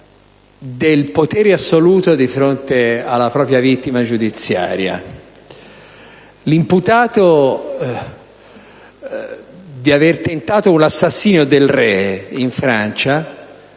del potere assoluto di fronte alla propria vittima giudiziaria. Damiens, imputato di aver tentato l'assassinio del re di Francia